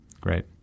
Great